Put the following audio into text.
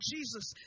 Jesus